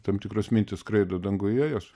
tam tikros mintys skraido danguje jos